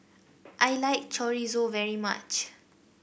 I like Chorizo very much